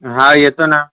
हा येतो ना